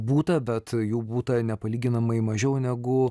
būta bet jų būta nepalyginamai mažiau negu